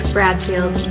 Bradfield